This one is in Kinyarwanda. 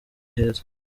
heza